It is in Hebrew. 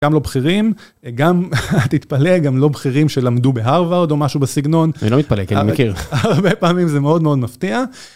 גם לא בכירים, גם תתפלא, גם לא בכירים שלמדו בהרווארד או משהו בסגנון. אני לא מתפלא, כי אני מכיר. הרבה פעמים זה מאוד מאוד מפתיע.